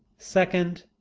second,